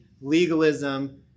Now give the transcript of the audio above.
legalism